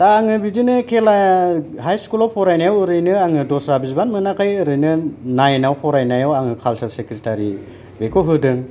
दा आङो बिदिनो खेला हाइ स्कुल आव फरायनायाव आङो दस्रा बिबान मोनाखै ओरैनो नाइन आव फरायनायाव आङो कालसार सेक्रेटारि बेखौ होदों